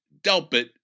Delpit